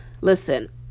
listen